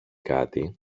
κάτι